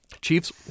Chiefs